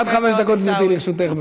עד חמש דקות, גברתי, לרשותך.